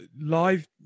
live